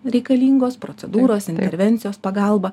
reikalingos procedūros intervencijos pagalba